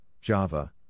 Java